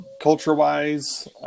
culture-wise